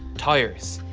tires.